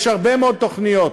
יש הרבה מאוד תוכניות.